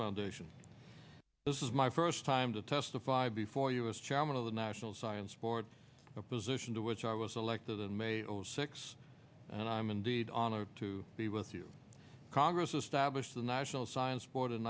foundation this is my first time to testify before you is chairman of the national science board position to which i was elected in may or six and i am indeed honored to be with you congress established the national science board in